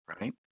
right